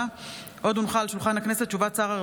אני נגד אפליה, וזה, לצערי,